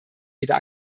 weder